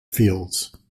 fields